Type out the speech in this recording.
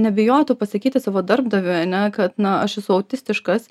nebijotų pasakyti savo darbdaviui ane kad na aš esu autistiškas